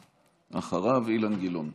אחריו, אילן גילאון.